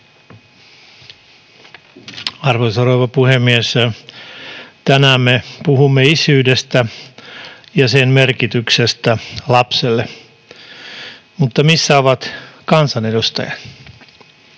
Arvoisa rouva puhemies! Tänään me puhumme isyydestä ja sen merkityksestä lapselle. Mutta missä ovat kansanedustajat,